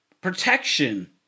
protection